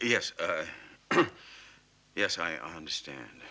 yes yes i understand